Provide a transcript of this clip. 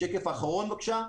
שקף אחרון, בבקשה.